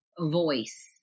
Voice